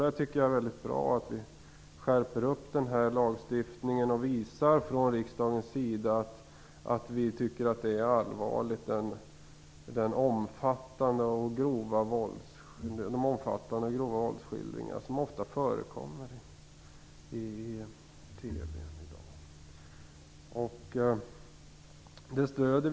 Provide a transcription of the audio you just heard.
Jag tycker att det är mycket bra att vi skärper upp den här lagstiftningen och att vi i riksdagen visar att vi tycker att det är allvarligt med de omfattande och grova våldsskildringar som ofta förekommer i TV i dag.